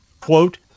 quote